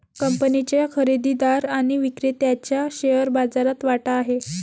कंपनीच्या खरेदीदार आणि विक्रेत्याचा शेअर बाजारात वाटा आहे